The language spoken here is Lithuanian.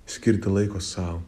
skirti laiko sau